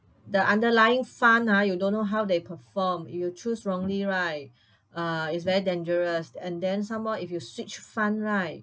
the underlying fund ah you don't know how they perform if you choose wrongly right uh it's very dangerous and then some more if you switch fund right